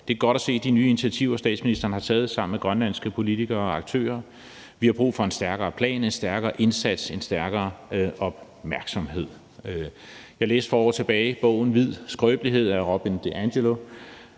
Det er godt at se de nye initiativer, som statsministeren har taget sammen med grønlandske politikere og aktører. Vi har brug for en stærkere plan, en stærkere indsats og en stærkere opmærksomhed. Kl. 10:53 Jeg læste for år tilbage bogen »Hvid skrøbelighed« af Robin DiAngelo.